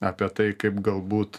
apie tai kaip galbūt